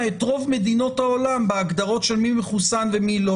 את רוב מדינות העולם בהגדרות של מי מחוסן ומי לא.